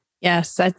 Yes